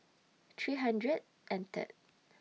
three hundred and Third